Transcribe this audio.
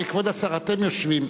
כבוד השר, אתם יושבים.